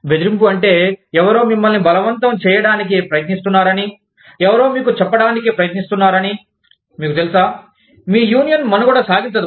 బెదిరింపు అంటే ఎవరో మిమ్మల్ని బలవంతం చేయడానికి ప్రయత్నిస్తున్నారని ఎవరో మీకు చెప్పడానికి ప్రయత్నిస్తున్నారని మీకు తెలుసా మీ యూనియన్ మనుగడ సాగించదు